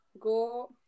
go